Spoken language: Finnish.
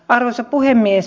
arvoisa puhemies